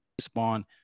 spawn